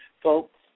Folks